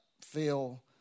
feel